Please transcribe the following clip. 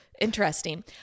interesting